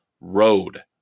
road